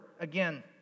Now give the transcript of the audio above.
again